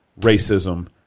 racism